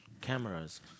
cameras